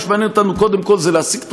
מה שמעניין אותנו קודם כול זה להשיג תוצאות,